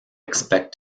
expect